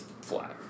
flat